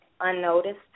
unnoticed